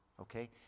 Okay